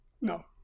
No